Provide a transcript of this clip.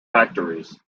factories